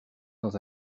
dans